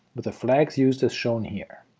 with the flags used as shown here.